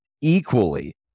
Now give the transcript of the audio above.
equally